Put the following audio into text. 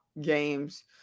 games